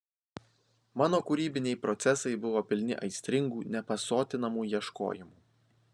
mano kūrybiniai procesai buvo pilni aistringų nepasotinamų ieškojimų